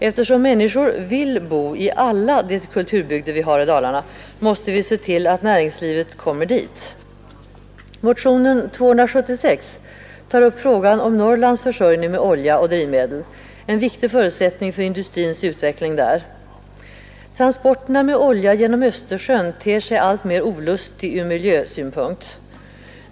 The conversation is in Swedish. Eftersom människor vill bo i alla de kulturbygder vi har i Dalarna, måste vi se till att näringslivet kommer dit. Motionen 276 tar upp frågan om Norrlands försörjning med olja och drivmedel, en viktig förutsättning för industrins utveckling. Transport med olja genom Östersjön ter sig alltmer olustig ur miljöskadesynpunkt.